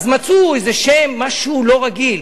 אז מצאו איזה שם, משהו לא רגיל.